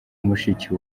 mushiki